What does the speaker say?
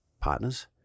partners